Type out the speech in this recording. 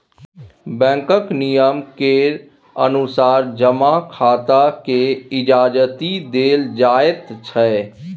बैंकक नियम केर अनुसार जमा खाताकेँ इजाजति देल जाइत छै